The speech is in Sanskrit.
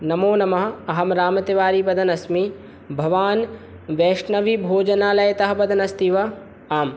नमो नमः अहं रामतिवारि वदन् अस्मि भवान् वैष्णवीभोजनालयतः वदन् अस्ति वा आम्